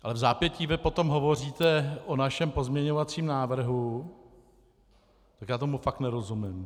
Ale vzápětí vy potom hovoříte o našem pozměňovacím návrhu, tak já tomu fakt nerozumím.